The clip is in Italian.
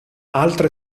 altre